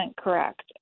correct